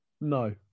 No